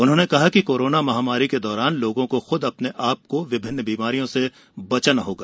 उन्होने कहा कि कोरोना महामारी के दौरान लोगों को खुद अपने आपको विभिन्न बीमारियों से बचाना होगा